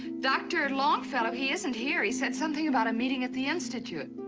dr. longfellow, he isn't here. he said something about a meeting at the institute.